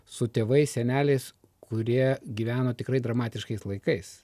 su tėvais seneliais kurie gyveno tikrai dramatiškais laikais